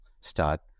start